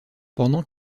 pendant